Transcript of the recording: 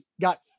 got